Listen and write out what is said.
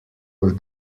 were